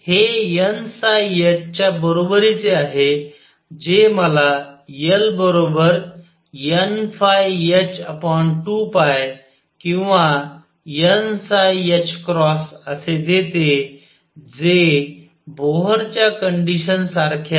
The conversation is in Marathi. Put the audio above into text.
हे nh च्या बरोबरीचे आहे जे मला L nϕh2π किंवा n असे देते जे बोहरच्या कंडिशन सारखे आहे